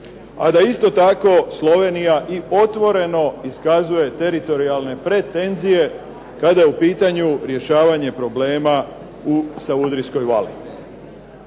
a da isto tako Slovenija i otvoreno iskazuje teritorijalne pretenzije kada je u pitanju rješavanje problema u Savudrijskoj vali.